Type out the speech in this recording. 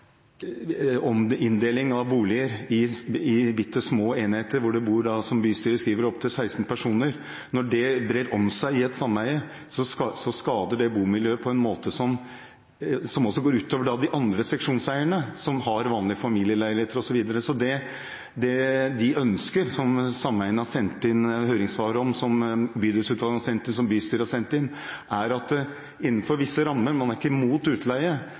inndeling av boliger i bitte små enheter hvor det, som bystyret skriver, bor opptil 16 personer. Når det brer om seg i et sameie, skader det bomiljøet på en måte som også går ut over de andre seksjonseierne – de som har vanlige familieleiligheter, osv. Man er ikke imot utleie – det de ønsker, og som sameiene, bydelsutvalgene og bystyret, har sendt inn høringssvar om,